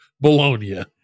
Bologna